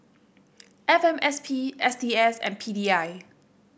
F M S P S T S and P D I